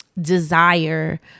desire